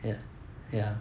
ya ya